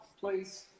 please